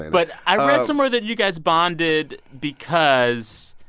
but i read somewhere that you guys bonded because